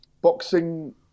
Boxing